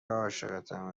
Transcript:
عاشقتم